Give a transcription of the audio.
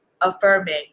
affirming